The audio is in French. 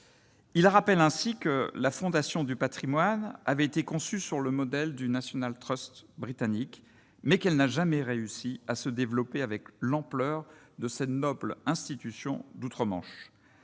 il rappelle ainsi que la Fondation du Patrimoine avait été conçu sur le modèle du National Trust britannique mais qu'elle n'a jamais réussi à se développer avec l'ampleur de cette noble institution d'outre-Manche,